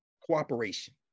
cooperation